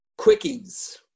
Quickies